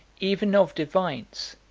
even of divines,